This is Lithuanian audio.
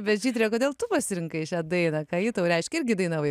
bet žydre kodėl tu pasirinkai šią dainą ką ji tau reiškia irgi dainavai